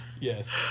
Yes